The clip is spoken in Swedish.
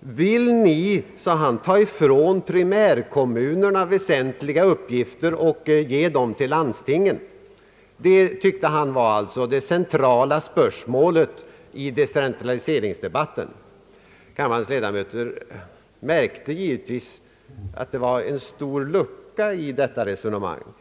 Vill ni, sade han, ta ifrån primärkommunerna väsentliga uppgifter och ge dem till landstingen? Det tyckte han alltså var det centrala spörsmålet i decentraliseringsdebatten. Kammarens ledamöter märkte givetvis att det var en lucka i detta resonemang.